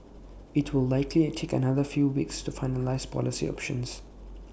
IT will likely take another few weeks to finalise policy options